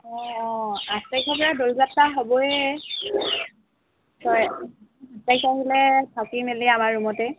অঁ অঁ আঠ তাৰিখৰপৰা দৌলযত্ৰা হ'বই হয় আঠ তাৰিখে আহিলে থাকি মেলি আমাৰ ৰূমতেই